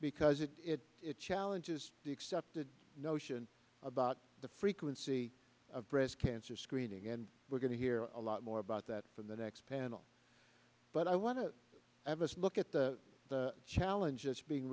because it it it challenges the accepted notion about the frequency of breast cancer screening and we're going to hear a lot more about that from the next panel but i want to have a smoke at the challenges being